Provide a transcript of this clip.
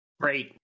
Great